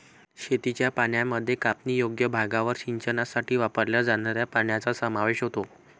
शेतीच्या पाण्यामध्ये कापणीयोग्य भागावर सिंचनासाठी वापरल्या जाणाऱ्या पाण्याचा समावेश होतो